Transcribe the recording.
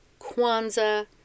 Kwanzaa